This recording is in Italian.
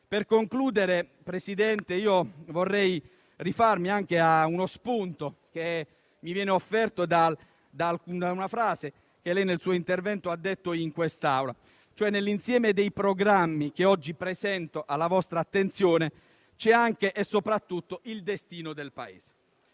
Per concludere, Presidente, vorrei rifarmi a uno spunto che mi viene offerto da una frase che lei ha pronunciato nel suo intervento in quest'Aula: «nell'insieme dei programmi che oggi presento alla vostra attenzione, c'è anche e soprattutto il destino del Paese».